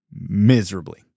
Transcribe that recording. miserably